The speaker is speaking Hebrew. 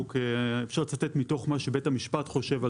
ואפשר לצטט מתוך מה שבית המשפט חושב על